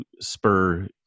spur